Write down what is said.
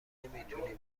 نمیتونی